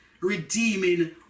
redeeming